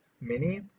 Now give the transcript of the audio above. mini